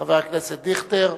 חבר הכנסת דיכטר,